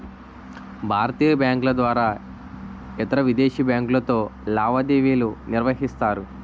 భారతీయ బ్యాంకుల ద్వారా ఇతరవిదేశీ బ్యాంకులతో లావాదేవీలు నిర్వహిస్తారు